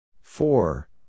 Four